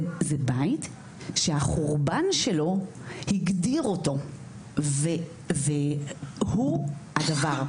זה בית שהחורבן שלו הגדיר אותו והוא הדבר.